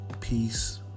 Peace